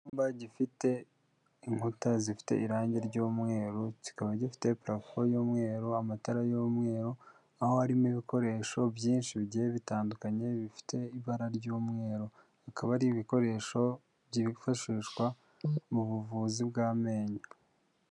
Icyumba gifite inkuta zifite irange ry'umweru, kikaba gifite purafo y'umweru, amatara y'umweru, aho harimo ibikoresho byinshi bigiye bitandukanye bifite ibara ry'umweru, bikaba ari ibikoresho byifashishwa mu buvuzi bw'amenyo.